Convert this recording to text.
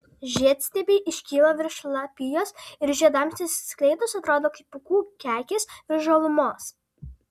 žiedstiebiai iškyla virš lapijos ir žiedams išsiskleidus atrodo kaip pūkų kekės virš žalumos